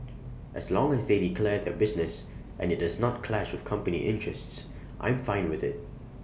as long as they declare their business and IT does not clash with company interests I'm fine with IT